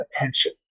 attention